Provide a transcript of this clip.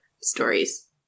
stories